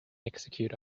execute